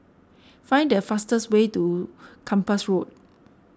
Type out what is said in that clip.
find the fastest way to Kempas Road